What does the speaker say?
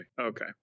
Okay